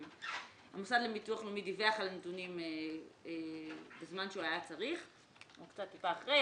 המוסד לביטוח לאומי דיווח על נתונים בזמן שהוא היה צריך או קצת אחרי,